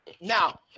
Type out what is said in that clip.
Now